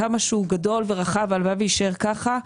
כמה שהוא גדול ורחב והלוואי ויישאר ככה,